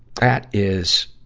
that is,